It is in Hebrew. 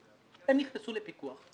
פיננסיים מוסדרים) (תיקון) (שירותי פיקדון ואשראי בלא ריבית),